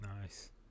Nice